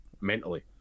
mentally